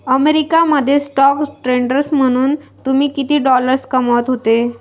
America मध्ये stock trader म्हणून तुम्ही किती डॉलर्स कमावत होते